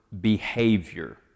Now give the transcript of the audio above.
behavior